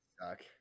suck